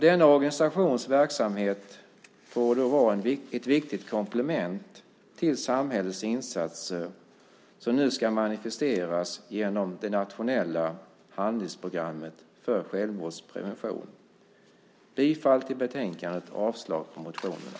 Denna organisations verksamhet borde vara ett viktigt komplement till samhällets insatser som nu ska manifesteras genom det nationella handlingsprogrammet för självmordsprevention. Jag yrkar bifall till förslaget i betänkandet och avslag på motionerna.